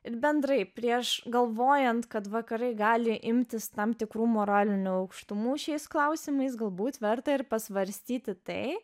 ir bendrai prieš galvojant kad vakarai gali imtis tam tikrų moralinių aukštumų šiais klausimais galbūt verta ir pasvarstyti tai